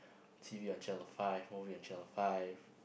T_V on channel five movie on channel five